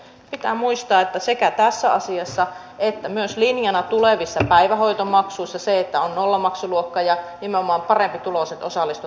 pitää muistaa että sekä tässä asiassa että myös linjana tulevissa päivähoitomaksuissa on se että on nollamaksuluokka ja nimenomaan parempituloiset osallistuvat näitten kustannusten järjestämiseen